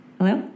Hello